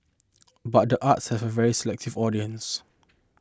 but the arts has a very selective audience